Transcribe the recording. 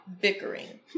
bickering